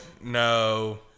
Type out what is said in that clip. no